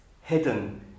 hidden